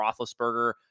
Roethlisberger